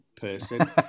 person